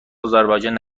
آذربایجان